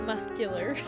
Muscular